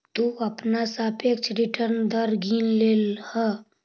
तु अपना सापेक्ष रिटर्न दर गिन लेलह